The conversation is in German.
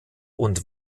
und